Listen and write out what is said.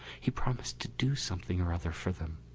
he promised to do something or other for them.